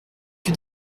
que